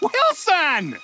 Wilson